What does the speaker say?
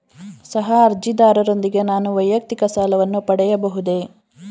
ಸಹ ಅರ್ಜಿದಾರರೊಂದಿಗೆ ನಾನು ವೈಯಕ್ತಿಕ ಸಾಲವನ್ನು ಪಡೆಯಬಹುದೇ?